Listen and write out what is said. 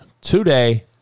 today